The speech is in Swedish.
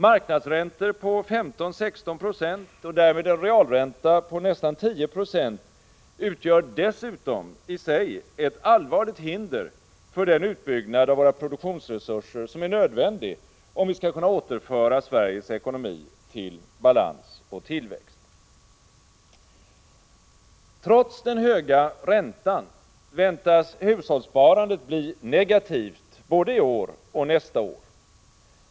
Marknadsräntor på 15-16 26 och därmed en realränta på nästan 10 96 utgör dessutom i sig ett allvarligt hinder för den utbyggnad av våra produktionsresurser som är nödvändig, om vi skall kunna återföra Sveriges ekonomi till balans och tillväxt. Trots den höga räntan väntas hushållssparandet bli negativt både i år och nästa år.